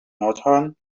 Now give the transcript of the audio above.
nordhorn